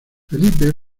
felipe